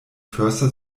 förster